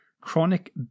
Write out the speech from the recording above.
chronic